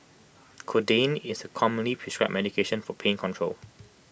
codeine is A commonly prescribed medication for pain control